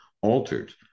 altered